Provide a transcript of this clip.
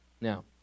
Now